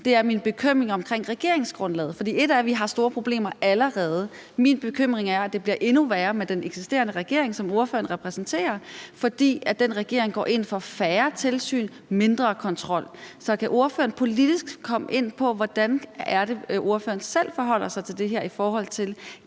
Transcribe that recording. er min bekymring i forhold til regeringsgrundlaget. For ét er, at vi har store problemer allerede, men min bekymring er, at det bliver endnu værre med den eksisterende regering, som ordføreren repræsenterer, fordi den regering går ind for færre tilsyn, mindre kontrol. Så kan ordføreren komme ind på, hvordan det er, at ordføreren selv forholder sig til det her politisk,